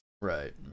Right